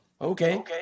Okay